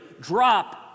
drop